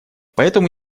поэтому